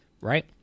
right